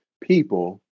people